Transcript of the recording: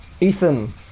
Ethan